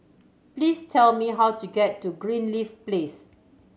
please tell me how to get to Greenleaf Place